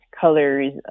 colors